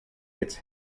its